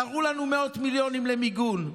תראו לנו מאות מיליונים למיגון.